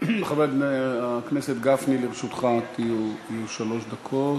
חבר הכנסת גפני, לרשותך יהיו שלוש דקות.